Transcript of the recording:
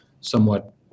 somewhat